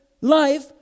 life